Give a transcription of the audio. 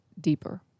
deeper